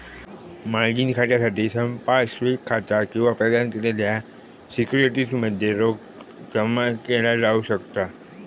margin खात्यासाठी संपार्श्विक खाता किंवा प्रदान केलेल्या सिक्युरिटीज मध्ये रोख जमा केला जाऊ शकता